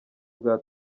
bwa